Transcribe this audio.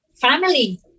family